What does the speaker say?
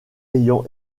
ayant